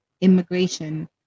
immigration